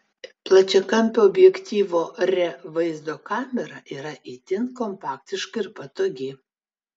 plačiakampio objektyvo re vaizdo kamera yra itin kompaktiška ir patogi